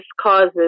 causes